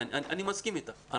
מסכים אתך.